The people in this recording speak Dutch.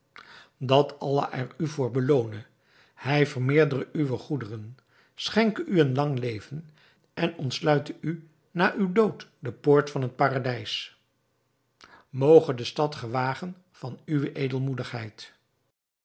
dat allah er u voor beloone hij vermeerdere uwe goederen schenke u een lang leven en ontsluite u na uw dood de poort van het paradijs moge de stad gewagen van uwe